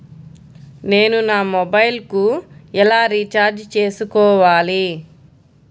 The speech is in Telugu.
నేను నా మొబైల్కు ఎలా రీఛార్జ్ చేసుకోవాలి?